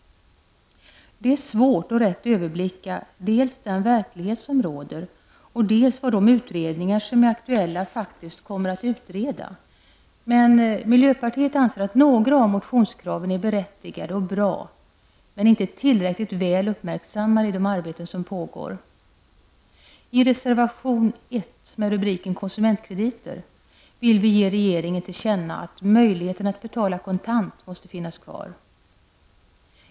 Det är svårt att rätt överblicka dels den verklighet som råder, och dels vad de utredningar som är aktuella faktiskt kommer att utreda. Miljöpartiet anser att några av motionskraven är berättigade och bra men inte tillräckligt väl uppmärksammade i de arbeten som pågår. I reservation 1, med rubriken Konsumentkrediter, vill vi ge regeringen till känna att möjligheten att betala kontant måste finnas kvar.